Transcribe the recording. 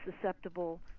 susceptible